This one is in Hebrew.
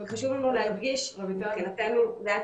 חשוב לי מאוד להדגיש שמבחינתנו זה היה